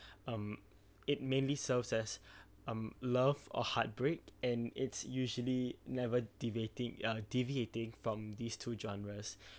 um it mainly serves as um love or heartbreak and it's usually never deviating uh deviating from these two genres